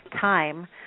time